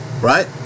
right